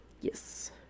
Yes